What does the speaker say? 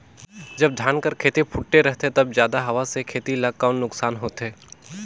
जब धान कर खेती फुटथे रहथे तब जादा हवा से खेती ला कौन नुकसान होथे?